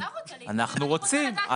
אתה רוצה להתקדם, אני רוצה לדעת את זה.